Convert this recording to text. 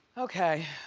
okay.